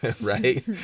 right